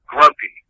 Grumpy